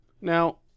Now